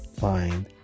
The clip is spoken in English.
find